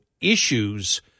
issues